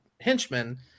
henchmen